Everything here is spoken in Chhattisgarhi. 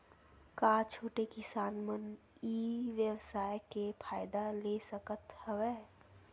का छोटे किसान मन ई व्यवसाय के फ़ायदा ले सकत हवय?